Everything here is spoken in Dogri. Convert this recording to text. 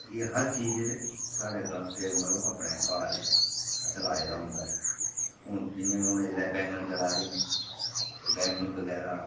एह् हर चीज साढ़े ग्रांऽ मतलब अपने घर असें लाए दा होंदा ऐ हून जि'यां गै हून इसलै बैंगन चला दे न बैंगन बगैरा